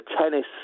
tennis